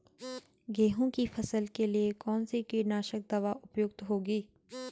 गेहूँ की फसल के लिए कौन सी कीटनाशक दवा उपयुक्त होगी?